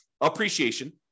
Appreciation